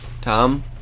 Tom